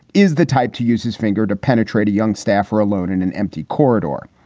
is the type to use his finger to penetrate a young staffer alone in an empty corridor.